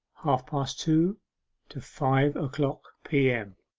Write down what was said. half-past two to five o'clock p m.